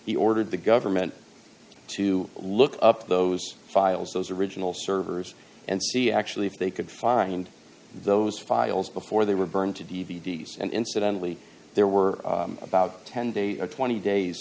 he ordered the government to look up those files those original servers and see actually if they could find those files before they were burned to d v d s and incidentally there were about ten days or twenty days